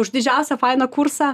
už didžiausią fainą kursą